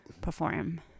perform